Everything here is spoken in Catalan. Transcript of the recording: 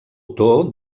autor